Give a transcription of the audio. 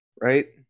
right